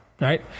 right